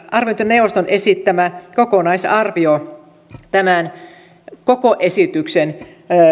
arviointineuvoston esittämä kokonaisarvio tämän koko esityksen